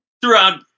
Throughout